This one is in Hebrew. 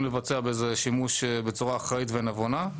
לבצע בזה שימוש בצורה אחראית ונבונה.